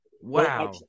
Wow